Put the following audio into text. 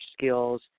skills